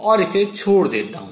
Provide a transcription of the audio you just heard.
और इसे छोड़ देता हूँ